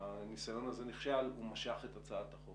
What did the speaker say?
הניסיון הזה נכשל, הוא משך את הצעת החוק.